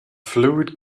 fluid